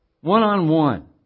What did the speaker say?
One-on-one